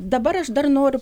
dabar aš dar noriu